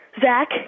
Zach